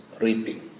reaping